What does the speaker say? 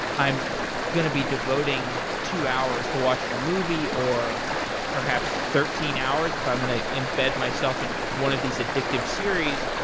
i'm going to be devoting two hours to watching a movie or perhaps thirteen hours if i'm going to imbed myself in one of these addictive series.